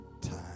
time